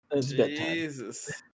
Jesus